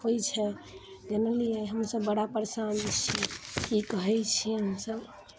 होइ छै जनलियै हमसभ बड़ा परेशान छी की कहै छियै हमसभ